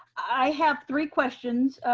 i have three questions,